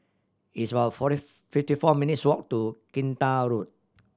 it's about forty fifty four minutes' walk to Kinta Road